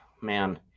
man